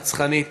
רצחנית,